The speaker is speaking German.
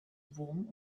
wurm